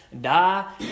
die